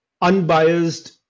unbiased